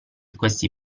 questi